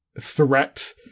threat